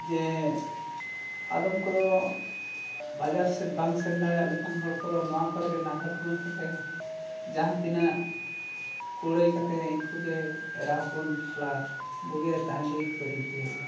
ᱡᱮ ᱟᱫᱚᱢ ᱠᱚᱫᱚ ᱵᱟᱡᱟᱨ ᱥᱮᱫ ᱵᱟᱝ ᱥᱮᱱ ᱫᱟᱲᱮᱭᱟᱜ ᱞᱮᱠᱟᱱ ᱦᱚᱲ ᱠᱚᱫᱚ ᱱᱚᱣᱟ ᱠᱚᱨᱮ ᱜᱮ ᱱᱟᱞᱦᱟ ᱛᱩᱢᱟᱹᱞ ᱠᱟᱛᱮᱫ ᱡᱟᱦᱟᱸ ᱛᱤᱱᱟᱹᱜ ᱠᱩᱲᱟᱹᱭ ᱠᱟᱛᱮᱫ ᱤᱱᱠᱩᱜᱮ ᱮᱨᱟ ᱦᱚᱯᱚᱱ ᱥᱟᱞᱟᱜ ᱵᱩᱜᱤ ᱨᱮ ᱛᱟᱦᱮᱱ ᱞᱟᱹᱜᱤᱫ ᱠᱚ ᱨᱤᱠᱟᱹᱭᱮᱜᱼᱟ